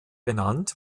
benannt